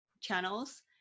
channels